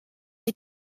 est